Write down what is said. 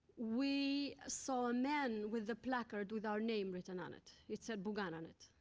we saw a man with a placard with our name written on it. it said bugan on it.